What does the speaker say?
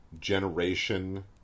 generation